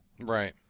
Right